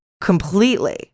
Completely